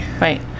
right